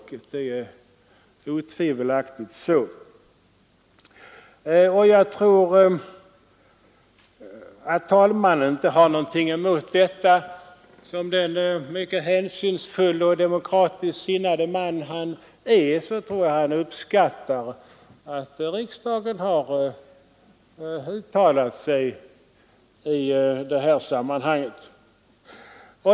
Det är otvivelaktigt så. Och jag tror att talmannen inte har någonting emot detta. Som den mycket hänsynsfulle och demokratiskt sinnade man han är, tror jag att han uppskattar att riksdagen har uttalat sig i det här sammanhanget.